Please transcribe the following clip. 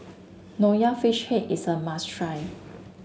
Nonya Fish Head is a must try